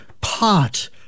Pot